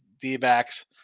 D-backs